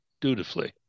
dutifully